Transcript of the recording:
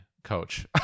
Coach